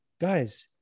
guys